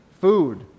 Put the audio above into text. food